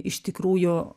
iš tikrųjų